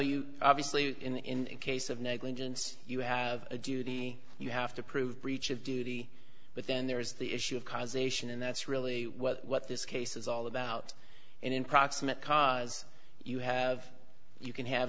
you obviously in a case of negligence you have a duty you have to prove breach of duty but then there is the issue of cause ation and that's really what this case is all about and in proximate cause you have you can have